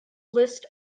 list